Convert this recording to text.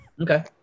Okay